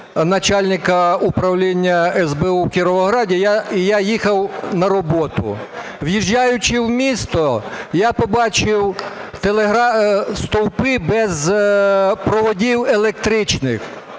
начальника управління СБУ в Кіровограді. Я їхав на роботу. В'їжджаючи в місто, я побачив стовпи без проводів електричних.